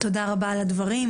תודה רבה על הדברים.